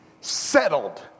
Settled